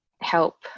help